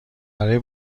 برای